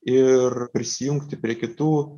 ir prisijungti prie kitų